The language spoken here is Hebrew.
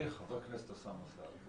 חבר הכנסת אוסאמה סעדי.